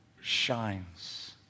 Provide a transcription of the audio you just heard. shines